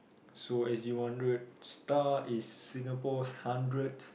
so s_g one hundred star is Singapore hundred